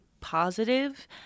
positive